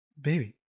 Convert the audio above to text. baby